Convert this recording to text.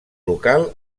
local